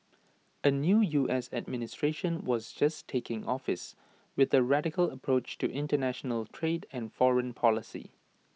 A new U S administration was just taking office with A radical approach to International trade and foreign policy